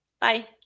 Bye